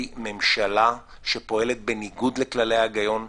ממשלה שפועלת בניגוד לכללי ההיגיון,